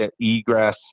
egress